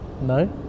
No